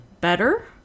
better